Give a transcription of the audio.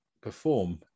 perform